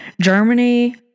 Germany